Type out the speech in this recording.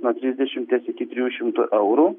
nuo trisdešimties iki trijų šimtų eurų